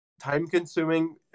time-consuming